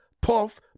puff